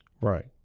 Right